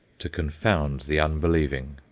to confound the unbelieving.